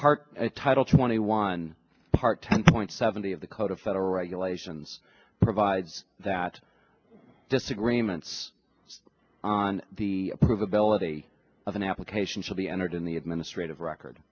part title twenty one part ten point seven three of the code of federal regulations provides that disagreements on the provability of an application shall be entered in the administrative record